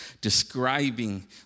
describing